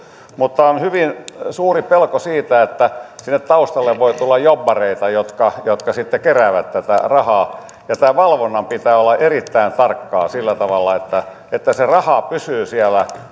mutta on hyvin suuri pelko siitä että sinne taustalle voi tulla jobbareita jotka jotka sitten keräävät tätä rahaa tämän valvonnan pitää olla erittäin tarkkaa sillä tavalla että että se raha pysyy